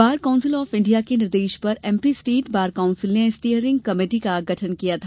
bar council of India के निर्देश पर एमपी स्टेट बार कौंसिल ने स्टीयरिंग कमेटी का गठन किया था